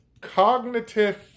cognitive